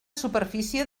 superfície